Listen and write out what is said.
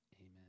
amen